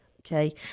okay